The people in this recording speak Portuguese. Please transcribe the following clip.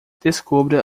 descubra